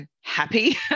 happy